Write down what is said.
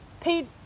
pete